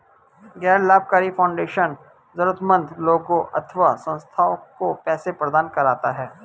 गैर लाभकारी फाउंडेशन जरूरतमन्द लोगों अथवा संस्थाओं को पैसे प्रदान करता है